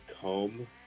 comb